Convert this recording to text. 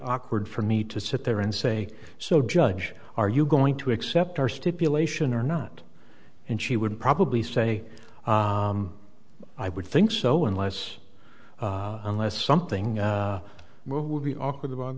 awkward for me to sit there and say so judge are you going to accept our stipulation or not and she would probably say i would think so unless unless something i would be awkward about